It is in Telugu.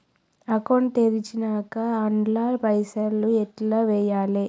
అకౌంట్ తెరిచినాక అండ్ల పైసల్ ఎట్ల వేయాలే?